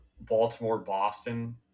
Baltimore-Boston